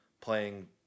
playing